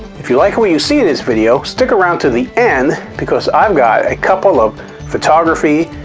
if you like what you see in this video, stick around to the end because i've got a couple of photography,